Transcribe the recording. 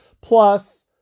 Plus